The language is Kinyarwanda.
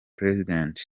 president